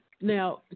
now